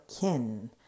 Kin